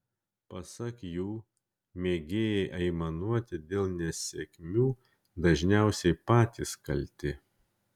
pasak jų mėgėjai aimanuoti dėl nesėkmių dažniausiai patys kalti